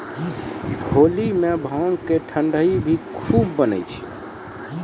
होली मॅ भांग के ठंडई भी खूब बनै छै